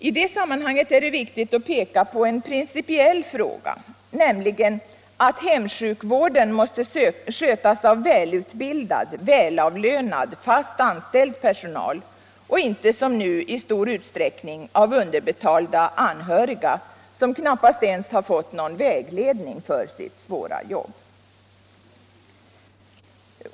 I det sammanhanget är det viktigt att peka på en principiell fråga, nämligen att hemsjukvården måste skötas av välutbildad, välavlönad och fast anställd personal, inte som nu i stor utsträckning av underbetalda anhöriga, som knappast ens har fått någon vägledning för sitt svåra jobb.